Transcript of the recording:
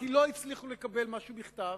כי לא הצליחו לקבל משהו בכתב,